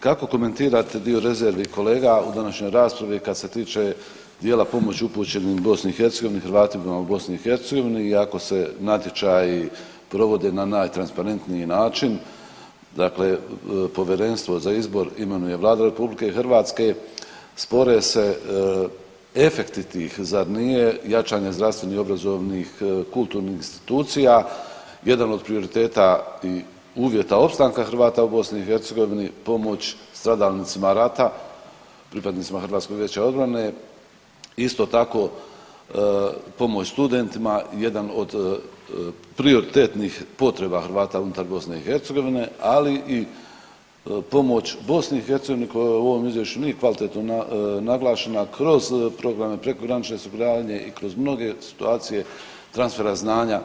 Kako komentirate dio rezervi kolega u današnjoj raspravi kad se tiče dijela pomoći upućenim BiH, Hrvatima u BiH i ako se natječaji provode na najtransparentniji način, dakle povjerenstvo za izbor imenuje Vlada RH, spore se efekti tih zar nije jačanje zdravstvenih, obrazovnih, kulturnih institucija jedan od prioriteta i uvjeta opstanka Hrvata u BiH, pomoć stradalnicima rata pripadnicima HVO-a, isto tako pomoć studentima jedan od prioritetnih potreba Hrvata unutar BiH, ali i pomoć BiH koja u ovom izvješću nije kvalitetno naglašena kroz programe prekogranične suradnje i kroz mnoge situacije transfera znanja [[Upadica: Hvala.]] i iskustva BiH.